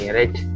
right